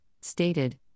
stated